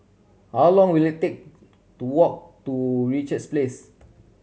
how long will it take to walk to Richards Place